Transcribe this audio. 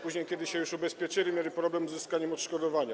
Później, kiedy się już ubezpieczyli, mieli problem z uzyskaniem odszkodowania.